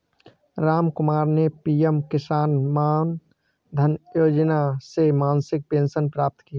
रामकुमार ने पी.एम किसान मानधन योजना से मासिक पेंशन प्राप्त की